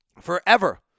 forever